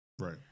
Right